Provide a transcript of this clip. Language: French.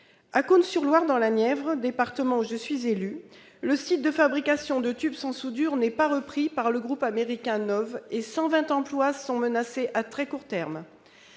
À Cosne-sur-Loire, dans la Nièvre, département dont je suis élue, le site de fabrication de tubes sans soudure n'est pas repris par le groupe américain NOV et 120 emplois sont menacés à très court terme.